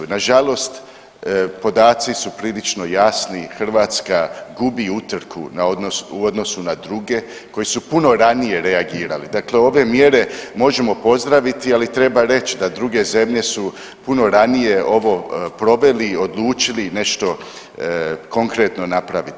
Nažalost podaci su prilično jasni, Hrvatska gubi utrku u odnosu na druge koji su puno ranije reagirali, dakle ove mjere možemo pozdraviti, ali treba reć da druge zemlje su puno ranije ovo proveli i odlučili nešto konkretno napraviti.